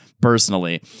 Personally